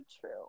True